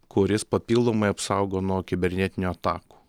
kuris papildomai apsaugo nuo kibernetinių atakų